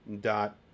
dot